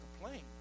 complain